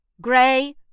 Gray